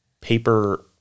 paper